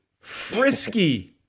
frisky